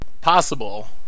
Possible